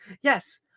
yes